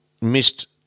missed